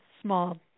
small